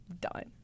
done